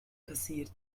passiert